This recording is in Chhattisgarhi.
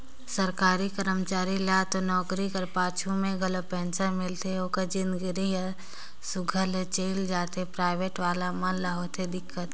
सरकारी करमचारी ल तो नउकरी कर पाछू में घलो पेंसन मिलथे ओकर जिनगी हर सुग्घर ले चइल जाथे पराइबेट वाले मन ल होथे दिक्कत